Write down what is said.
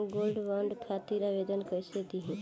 Gold bond खातिर आवेदन कैसे दिही?